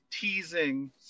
teasing